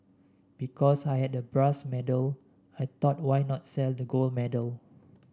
because I had the brass medal I thought why not sell the gold medal